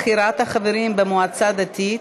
בחירת החברים במועצה דתית),